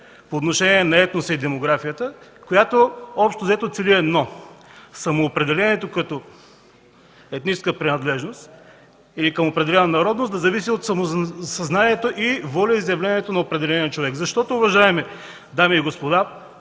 по отношение на етноса и демографията, която общо взето цели едно – самоопределението като етническа принадлежност или към определена народност да зависи от самосъзнанието и волеизявлението на определения човек. Уважаеми дами и господа,